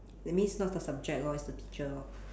that means not the subject lor it's the teacher lor